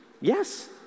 Yes